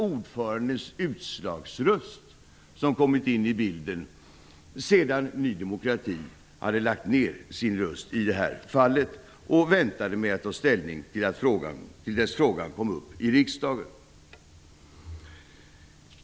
Ordförandens utslagsröst kom in i bilden sedan Ny demokrati hade lagt ned sin röst och väntade med att ta ställning till dess att frågan kom upp i riksdagen.